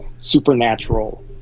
supernatural